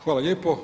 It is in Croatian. Hvala lijepo.